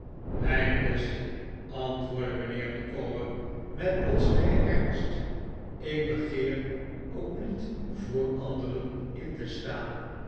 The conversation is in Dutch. mijn beste antwoordde mijnheer micawber met plotselingen ernst ik begeer ook niet voor anderen in te staan